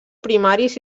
primaris